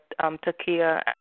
Takia